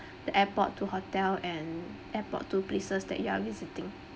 the airport to hotel and airport to places that you are visiting